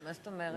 מה זאת אומרת?